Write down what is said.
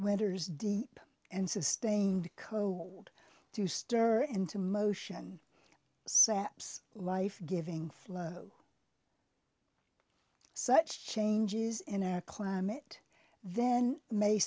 winter's deep and sustained cold to stir into motion saps life giving flood such changes in our climate then may